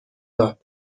داد